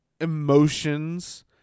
emotions